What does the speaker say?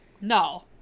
No